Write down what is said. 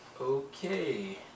Okay